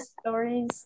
stories